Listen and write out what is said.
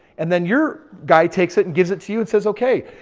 and then your guy takes it and gives it to you and says, okay.